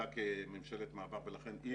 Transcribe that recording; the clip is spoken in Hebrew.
עבדה כממשלת מעבר ולכן אי אפשר.